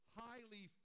highly